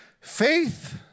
Faith